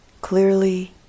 clearly